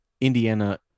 Indiana